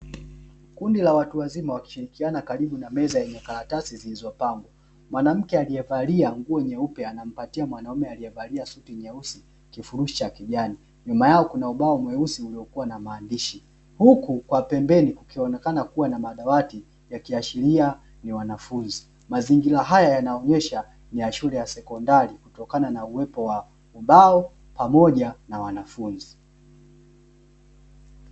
Kundi la watu wazima wakishirikiana karibu na meza yenye karatasi zilizopangwa, mwanamke aliyevalia nguo nyeupe anampatia mwanaume aliyevalia suti nyeusi kifurushi cha kijani, nyuma yao kuna ubao mweusi uliokuwa na maandishi huku kwa pembeni kukionekana kuwa na madawati ya kiashiria ni wanafunzi, mazingira haya yanaonyesha ni ya shule ya sekondari kutokana na uwepo wa ubao pamoja na wanafunzi.